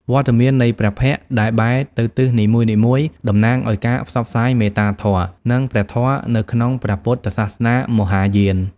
វត្តមាននៃព្រះភ័ក្ត្រដែលបែរទៅទិសនីមួយៗ តំណាងឱ្យការផ្សព្វផ្សាយមេត្តាធម៌ និងព្រះធម៌នៅក្នុងព្រះពុទ្ធសាសនាមហាយាន។